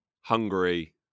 hungary